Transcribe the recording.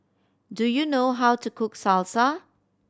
do you know how to cook Salsa